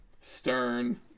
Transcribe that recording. stern